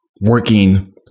working